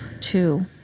two